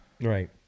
Right